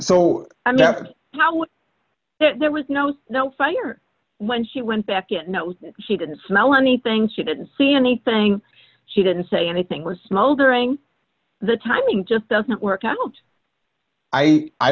it there was no no fight when she went back you know she didn't smell anything she didn't see anything she didn't say anything was smoldering the timing just doesn't work out i i